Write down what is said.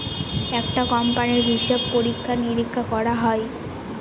একটা কোম্পানির হিসাব পরীক্ষা নিরীক্ষা করা হয়